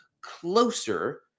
closer